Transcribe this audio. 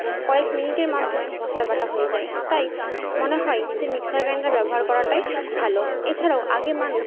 কয়েক মিনিটের মাধ্যমে মশলা বাটা হয়ে যায় তাই মনে হয় যে মিক্সার গ্রাইন্ডার ব্যবহার করাটাই ভালো এছাড়াও আগে মানুষ